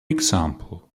example